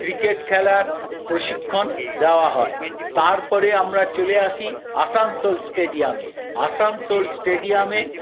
cricket খেলার প্রশিক্ষণ দেওয়া হয় তারপরে আমরা চলে আসি আসানসোল স্টেডিয়ামে আসানসোল স্টেডিয়ামে